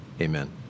amen